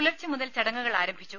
പുലർച്ചെ മുതൽ ചടങ്ങുകൾ ആരംഭിച്ചു